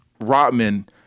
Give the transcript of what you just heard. Rodman